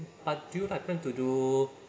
but till I planned to do